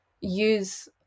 use